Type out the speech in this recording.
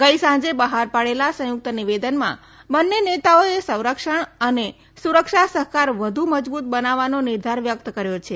ગઈ સાંજે બહાર પાડેલા સંયુક્ત નિવેદનમાં બંને નેતાઓએ સંરક્ષણ અને સુરક્ષા સહકાર વધુ મજબુત બનાવવાનો નિર્ધાર વ્યક્ત કર્યો છે